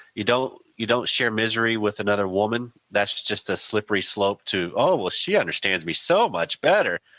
you don't you don't share misery with another woman, that's just a slippery slope too, oh ah she understands me so much better.